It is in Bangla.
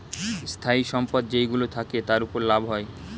স্থায়ী সম্পদ যেইগুলো থাকে, তার উপর লাভ হয়